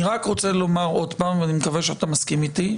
אני רק רוצה לומר עוד פעם ואני מקווה שאתה מסכים איתי.